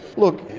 look,